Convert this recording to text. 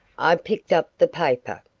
i picked up the paper.